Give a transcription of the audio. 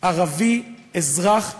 ערבי אזרח ישראל,